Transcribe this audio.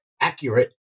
accurate